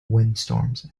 windstorms